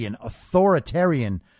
authoritarian